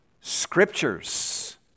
scriptures